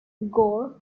gore